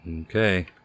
Okay